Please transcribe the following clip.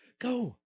Go